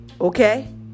okay